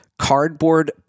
Cardboard